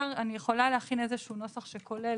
אני יכולה להכין איזשהו נוסח שכולל